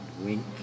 wink